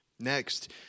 Next